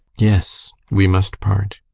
yes, we must part!